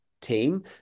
team